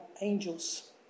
angels